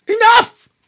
Enough